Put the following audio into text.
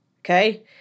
Okay